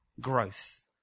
Growth